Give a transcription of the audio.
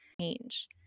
change